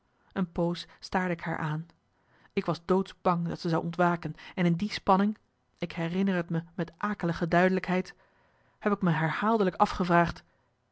een poos staarde ik haar aan ik was doodsbang dat ze zou ontwaken en in die spanning ik herinner t me met akelige duidelijkheid heb ik me herhaaldelijk afgevraagd